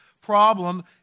problem